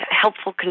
helpful